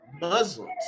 Muslims